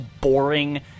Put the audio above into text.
boring